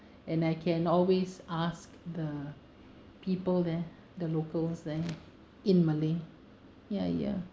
and I can always ask the people there the locals there in malay ya ya